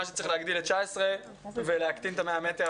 שצריך להגיד ל-19 ולהקטין את ה-100 מ"ר.